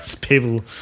People